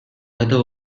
айда